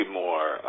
more